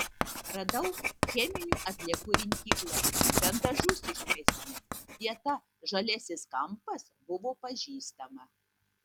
radau cheminių atliekų rinkyklas bent dažus išmesime vieta žaliasis kampas buvo pažįstama